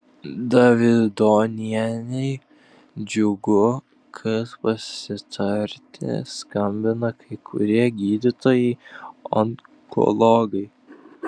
davidonienei džiugu kad pasitarti skambina kai kurie gydytojai onkologai